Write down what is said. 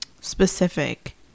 specific